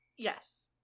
yes